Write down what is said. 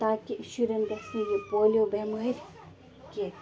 تاکہِ شُرٮ۪ن گژھِ نہٕ یہِ پولیو بٮ۪مٲرۍ کیٚنہہ